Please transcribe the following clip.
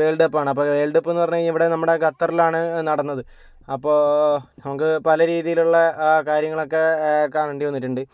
world cup ആണ് അപ്പോൾ world cup നടന്നത് എന്ന് പറഞ്ഞ് കഴിഞ്ഞാല് ഇവിടെ നമ്മുടെ ഖത്തറിലാണ് നടന്നത് അപ്പോൾ നമുക്ക് പല രീതിയിലുള്ള കാര്യങ്ങളൊക്കെ കാണേണ്ടി വന്നിട്ടുണ്ട്